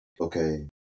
Okay